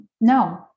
No